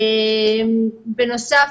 בנוסף,